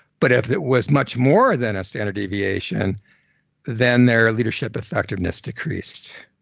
but if it was much more than a standard deviation then their leadership effectiveness decreased.